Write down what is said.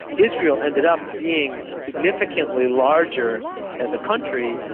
israel ended up being significantly larger as a country,